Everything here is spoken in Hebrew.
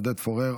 עודד פורר,